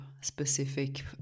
specific